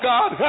God